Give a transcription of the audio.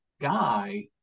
guy